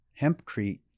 hempcrete